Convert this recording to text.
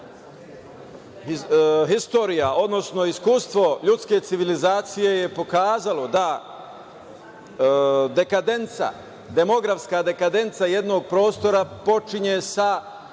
pitanje. Istorija, odnosno iskustvo ljudske civilizacije je pokazalo da dekadenca, demografska dekadenca jednog prostora počinje sa